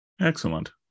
Excellent